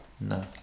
No